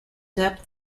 depth